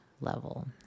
level